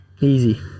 easy